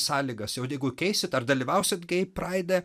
sąlygas o jeigu keisit ar dalyvausite gei praide